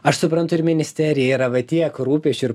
aš suprantu ir ministerijai yra va tiek rūpesčių ir